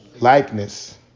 likeness